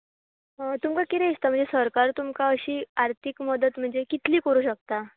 तुमकां कितें दिसता म्हणजे सरकार तुमकां अशी आर्थीक मदत म्हणजे कितली करूंक शकता